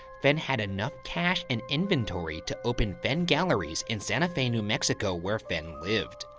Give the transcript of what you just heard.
fenn had enough cash and inventory to open fenn galleries in santa fe, new mexico where fenn lived.